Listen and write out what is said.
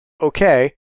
okay